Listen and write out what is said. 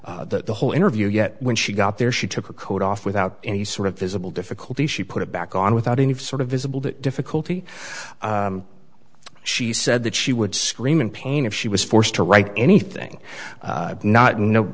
whole the whole interview yet when she got there she took her coat off without any sort of visible difficulty she put it back on without any sort of visible that difficulty she said that she would scream in pain if she was forced to write anything not kno